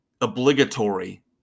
obligatory